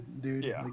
dude